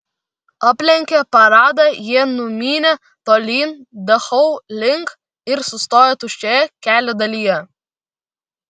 aplenkę paradą jie numynė tolyn dachau link ir sustojo tuščioje kelio dalyje